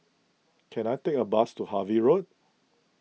can I take a bus to Harvey Road